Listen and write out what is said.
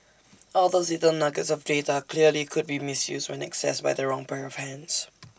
all those little nuggets of data clearly could be misused when accessed by the wrong pair of hands